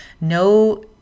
no